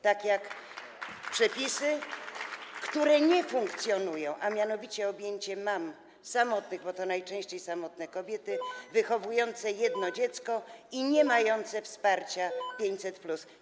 Tak jak przepisy, które nie funkcjonują, a mianowicie objęcie mam samotnych, bo to najczęściej samotne kobiety wychowujące jedno dziecko i niemające wsparcia 500+.